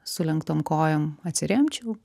sulenktom kojom atsiremčiau